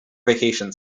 vacation